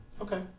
Okay